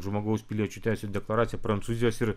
žmogaus piliečių teisių deklaraciją prancūzijos ir